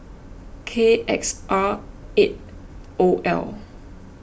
K X R eight O L